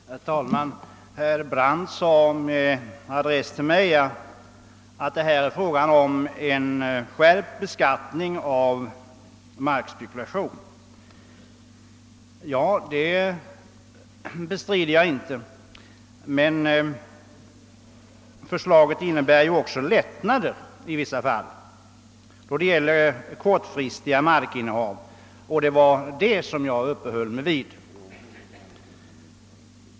Herr talman! Herr Brandt sade med adress till mig att här är det fråga om en skärpt beskattning av markspekulation. Ja, det bestrider jag inte, men förslaget innebär ju också lättnader i vissa fall då det gäller kortfristiga markinnehav. Det var det som jag uppehöll mig vid.